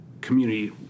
community